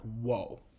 whoa